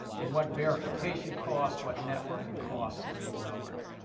and what verification costs, what networking costs, could be lowered.